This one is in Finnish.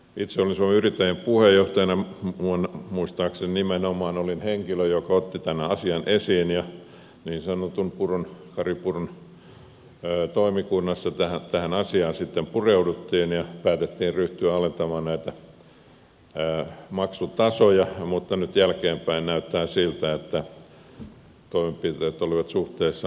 itse olin suomen yrittäjien puheenjohtajana muistaakseni nimenomaan henkilö joka otti tämän asian esiin ja niin sanotun kari puron toimikunnassa tähän asiaan sitten pureuduttiin ja päätettiin ryhtyä alentamaan näitä maksutasoja mutta nyt jälkeen päin näyttää siltä että toimenpiteet olivat suhteessa vaatimattomia